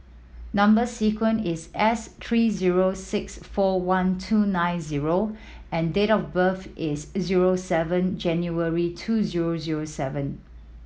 number sequence is S three zero six four one two nine zero and date of birth is zero seven January two zero zero seven